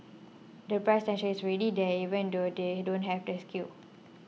the price tension is ready there even though they don't have the scale